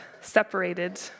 separated